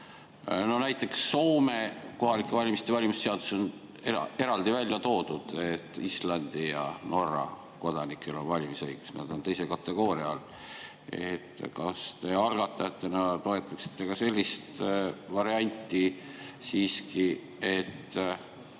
Näiteks Soome kohalike valimiste valimise seaduses on eraldi välja toodud, et Islandi ja Norra kodanikel on valimisõigus. Nad on teise kategooria all. Kas te algatajatena toetaksite sellist varianti, et